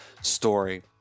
story